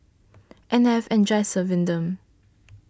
and I've enjoyed serving them